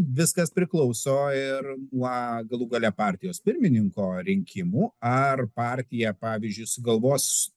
viskas priklauso ir uo galų gale partijos pirmininko rinkimų ar partija pavyzdžiui sugalvos